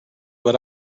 but